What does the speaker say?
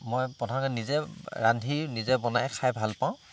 মই প্ৰথমতে নিজে ৰান্ধি নিজে বনাই খাই ভাল পাওঁ